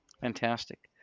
Fantastic